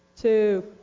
two